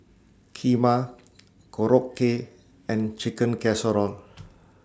Kheema Korokke and Chicken Casserole